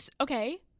okay